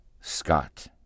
Scott